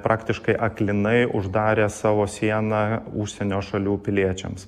praktiškai aklinai uždarė savo sieną užsienio šalių piliečiams